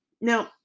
Now